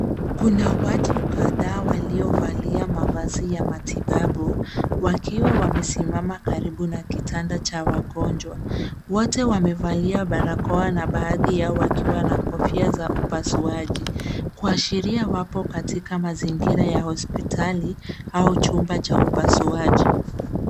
Kuna watu kadhaa waliovalia mavazi ya matibabu wakiwa wamesimama karibu na kitanda cha wagonjwa. Wote wamevalia barakoa na baadhi yao wakiwa na kofia za upasuaji kuashiria wapo katika mazingira ya hospitali au chumba cha upasuaji.